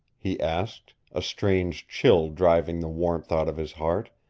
he asked, a strange chill driving the warmth out of his heart.